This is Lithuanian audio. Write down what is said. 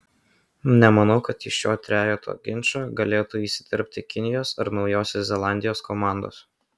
nemanau kad į šio trejeto ginčą galėtų įsiterpti kinijos ar naujosios zelandijos komandos